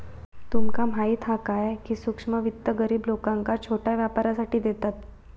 तुमका माहीत हा काय, की सूक्ष्म वित्त गरीब लोकांका छोट्या व्यापारासाठी देतत